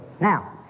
Now